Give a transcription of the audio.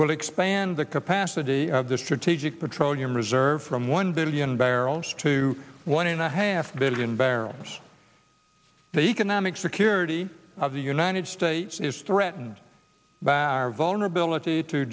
will expand the capacity of the strategic petroleum reserve from one billion barrels to one and a half billion barrels the economic security of the united states is threatened by our vulnerability to